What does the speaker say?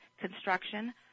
construction